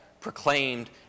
proclaimed